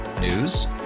News